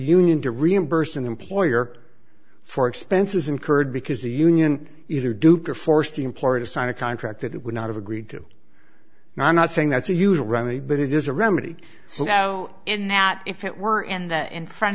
union to reimburse an employer for expenses incurred because the union either duped or forced the employer to sign a contract that would not have agreed to now i'm not saying that's a usual remedy but it is a remedy so in that if it were in the in front